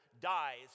dies